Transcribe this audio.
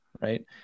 right